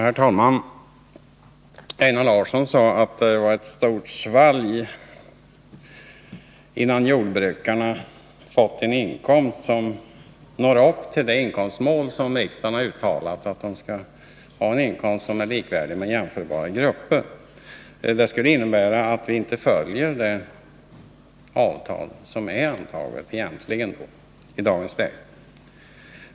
Herr talman! Einar Larsson sade att det var ett stort svalg mellan jordbrukarnas nuvarande inkomst och det inkomstmål som riksdagen har uttalat och som innebär att jordbrukarna skall ha en inkomst som är likvärdig med den man har i jämförbara grupper. Det skulle innebära att vi i dagens läge egentligen inte följer det avtal som är antaget.